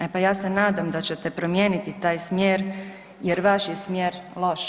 E pa ja se nadam da ćete promijeniti taj smjer jer vaš je smjer loš.